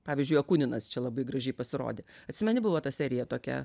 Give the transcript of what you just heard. pavyzdžiui jakuninas čia labai gražiai pasirodė atsimeni buvo ta serija tokia